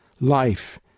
Life